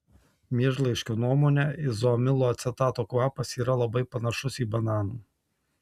miežlaiškio nuomone izoamilo acetato kvapas yra labai panašus į bananų